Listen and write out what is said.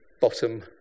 bottom